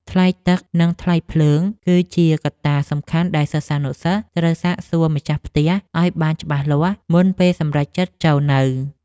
ថ្លៃទឹកនិងថ្លៃភ្លើង គឺជាកត្តាសំខាន់ដែលសិស្សានុសិស្សត្រូវសាកសួរម្ចាស់ផ្ទះឱ្យបានច្បាស់លាស់ មុនពេលសម្រេចចិត្តចូលនៅ។